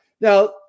Now